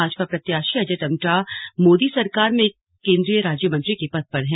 भाजपा प्रत्याशी अजय टम्टा मोदी सरकार में केंद्रीय राज्य मंत्री के पद पर हैं